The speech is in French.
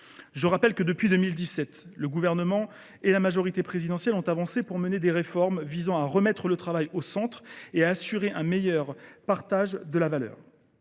Je rappelle que, depuis 2017, le Gouvernement et la majorité présidentielle ont avancé pour mener des réformes visant à remettre le travail au centre et à assurer un meilleur partage de la valeur.